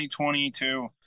2022